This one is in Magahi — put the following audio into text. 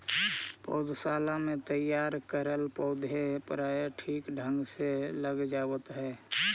पौधशाला में तैयार करल पौधे प्रायः ठीक ढंग से लग जावत है